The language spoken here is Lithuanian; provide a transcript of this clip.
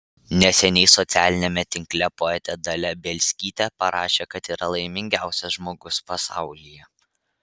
neseniai socialiniame tinkle poetė dalia bielskytė parašė kad yra laimingiausias žmogus pasaulyje